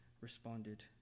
responded